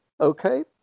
Okay